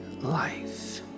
life